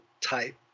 type